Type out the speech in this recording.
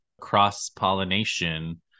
cross-pollination